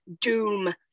doom